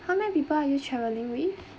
how many people are you travelling with